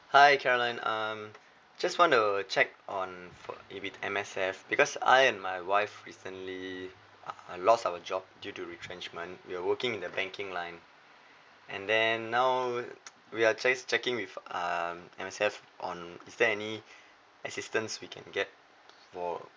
hi caroline um just want to check on for if it M_S_F because I and my wife recently uh lost our job due to retrenchment we are working in the banking line and then now we are just checking with um M_S_F on is there any assistance we can get for